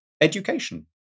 education